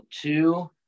two